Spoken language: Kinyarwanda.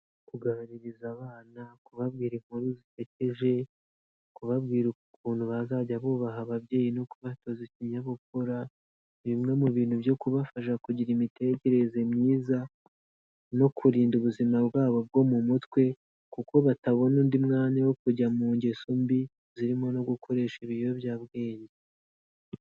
Kuganiriza abana, kubabwira inkuru zisekeje, kubabwira ukuntu bazajya bubaha ababyeyi no kubatoza ikinyabupfura, ni bimwe mu bintu byo kubafasha kugira imitekerereze myiza no kurinda ubuzima bwabo bwo mu mutwe, kuko batabona undi mwanya wo kujya mu ngeso mbi, zirimo no gukoresha ibiyobyabwenge.